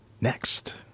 next